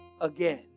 again